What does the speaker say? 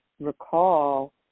recall